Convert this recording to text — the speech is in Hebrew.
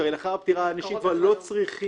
שהרי לאחר הפטירה אנשים כבר לא צריכים